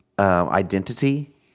Identity